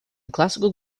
classical